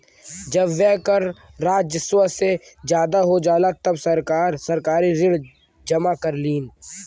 जब व्यय कर राजस्व से ज्यादा हो जाला तब सरकार सरकारी ऋण जमा करलीन